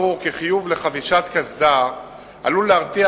ברור כי חיוב בחבישת קסדה עלול להרתיע